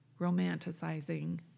romanticizing